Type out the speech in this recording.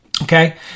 Okay